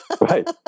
Right